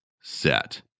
set